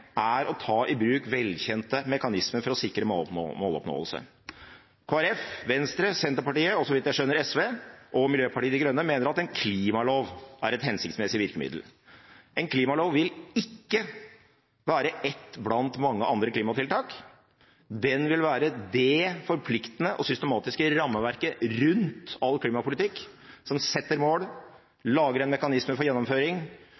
er å ta i bruk velkjente mekanismer for å sikre måloppnåelse. Kristelig Folkeparti, Venstre, Senterpartiet og, så vidt jeg skjønner, SV og Miljøpartiet De Grønne mener at en klimalov er et hensiktsmessig virkemiddel. En klimalov vil ikke være ett blant mange andre klimatiltak. Den vil være det forpliktende og systematiske rammeverket rundt all klimapolitikk som setter mål, lager en mekanisme for gjennomføring